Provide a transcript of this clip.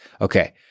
Okay